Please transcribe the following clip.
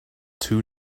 two